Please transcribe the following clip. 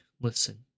listen